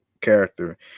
Character